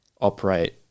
operate